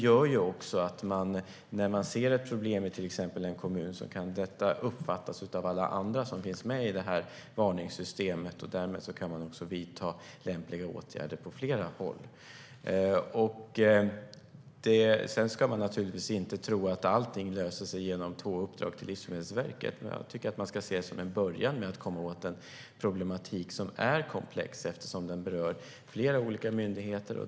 När man då ser ett problem i till exempel en kommun kan det uppfattas av alla andra som finns med i det här varningssystemet. Därmed kan man också vidta lämpliga åtgärder på flera håll. Sedan ska man naturligtvis inte tro att allting löser sig genom två uppdrag till Livsmedelsverket, men jag tycker att man ska se det som en början till att komma åt en problematik som är komplex. Den är komplex eftersom den berör flera olika myndigheter.